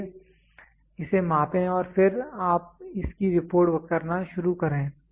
इसलिए इसे मापें और फिर आप इसकी रिपोर्ट करना शुरू करें